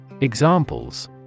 Examples